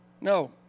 No